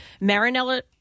Marinella